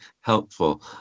helpful